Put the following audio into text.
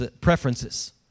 preferences